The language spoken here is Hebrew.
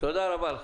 תודה רבה לך.